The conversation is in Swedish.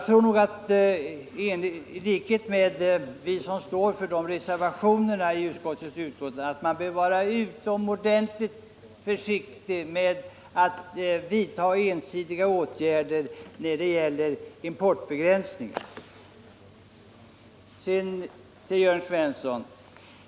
I likhet med dem som står för reservationerna till utskottsbetänkandet anser jag att man bör vara utomordentligt försiktig med ensidiga importbegränsningar. Sedan några ord till Jörn Svensson.